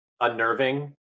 unnerving